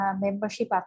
membership